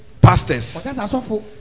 pastors